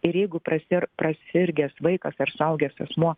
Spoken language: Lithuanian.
ir jeigu prasir prasirgęs vaikas ar suaugęs asmuo